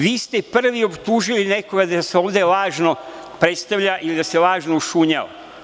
Vi ste prvi optužili nekoga da se ovde lažno predstavlja ili da se lažno ušunjao.